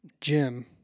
Jim